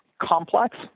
complex